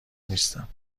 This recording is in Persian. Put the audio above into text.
نیستم